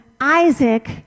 Isaac